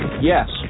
Yes